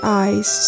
eyes